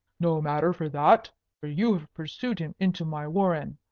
no matter for that for you have pursued him into my warren,